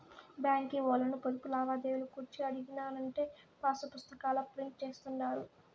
బాంకీ ఓల్లను పొదుపు లావాదేవీలు గూర్చి అడిగినానంటే పాసుపుస్తాకాల ప్రింట్ జేస్తుండారు